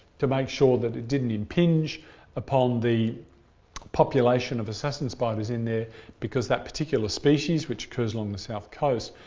to make sure that it didn't impinge upon the population of assassin spiders in there because that particular species which occurs along the south coast,